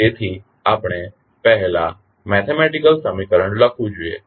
તેથી આપણે પહેલા મેથેમેટીકલ સમીકરણ લખવું જોઈએ